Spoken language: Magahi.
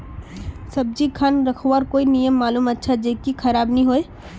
सब्जी खान रखवार कोई नियम मालूम अच्छा ज की खराब नि होय?